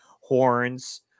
horns